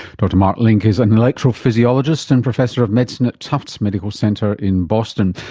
dr mark link is an electrophysiologist and professor of medicine at tufts medical center in boston.